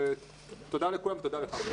תודה לכולם ותודה לך.